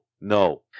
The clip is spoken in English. no